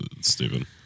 Stephen